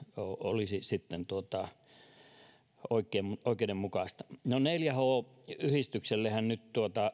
olisi sitten oikeudenmukaista no neljä h yhdistyksellehän nyt